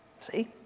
See